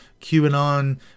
QAnon